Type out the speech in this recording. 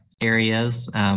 areas